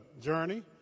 Journey